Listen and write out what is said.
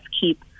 keep